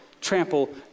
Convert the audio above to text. trample